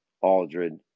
Aldred